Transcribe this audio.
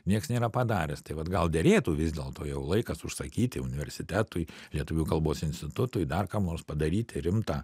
nieks nėra padaręs tai vat gal derėtų vis dėlto jau laikas užsakyti universitetui lietuvių kalbos institutui dar kam nors padaryti rimtą